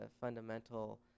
fundamental